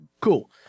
cool